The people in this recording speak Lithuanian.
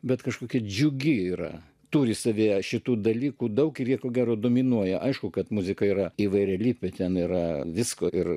bet kažkokia džiugi yra turi savyje šitų dalykų daug ir jie ko gero dominuoja aišku kad muzika yra įvairialypė ten yra visko ir